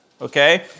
Okay